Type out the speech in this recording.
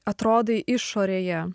atrodai išorėje